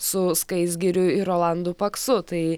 su skaisgiriu ir rolandu paksu tai